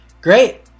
Great